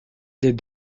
des